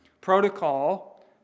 protocol